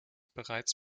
bereits